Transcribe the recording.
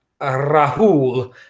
Rahul